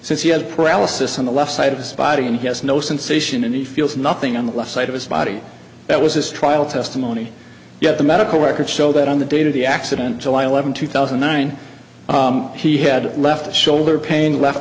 since he had paralysis on the left side of his body and he has no sensation and he feels nothing on the left side of his body that was his trial testimony yet the medical records show that on the date of the accident july eleventh two thousand and nine he had left shoulder pain left